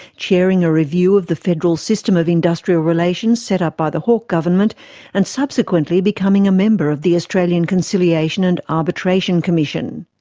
chairing a review of the federal system of industrial relations set up by the hawke government and subsequently becoming a member of the australian conciliation and arbitration commission.